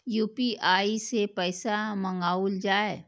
UPI सै पैसा मंगाउल जाय?